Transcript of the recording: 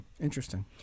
Interesting